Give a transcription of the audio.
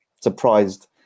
surprised